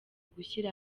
gushyira